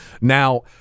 Now